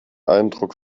eindruck